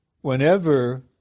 whenever